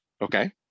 Okay